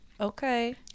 Okay